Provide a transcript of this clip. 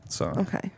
Okay